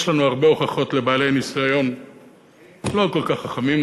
יש לנו הרבה הוכחות לבעלי ניסיון לא כל כך חכמים,